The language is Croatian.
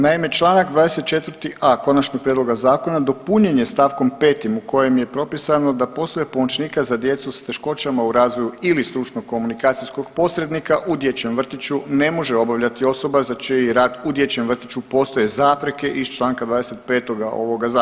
Naime, članak 24a. konačnog prijedloga zakona dopunjen je stavkom 5. u kojem je propisano da poslove pomoćnika za djecu s teškoćama u razvoju ili stručno komunikacijskog posrednika u dječjem vrtiću ne može obavljati osoba za čiji rad u dječjem vrtiću postoje zapreke iz Članka 25. ovoga zakona.